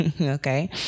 Okay